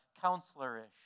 counselor-ish